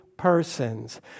persons